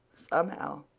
somehow,